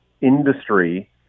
industry